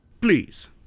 Please